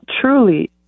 truly